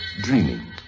dreaming